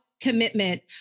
commitment